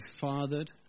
fathered